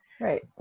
Right